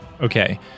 Okay